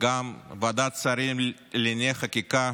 וגם ועדת שרים לענייני חקיקה